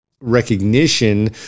recognition